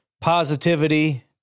positivity